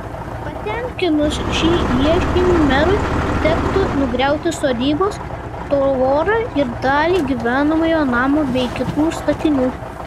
patenkinus šį ieškinį merui tektų nugriauti sodybos tvorą ir dalį gyvenamojo namo bei kitų statinių